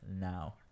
now